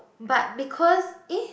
but because eh